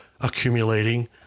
accumulating